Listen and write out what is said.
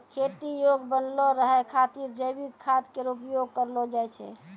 खेती योग्य बनलो रहै खातिर जैविक खाद केरो उपयोग करलो जाय छै